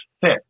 fit